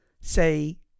say